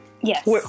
Yes